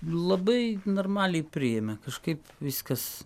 labai normaliai priėmė kažkaip viskas